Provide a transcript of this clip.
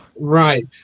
Right